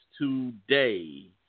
today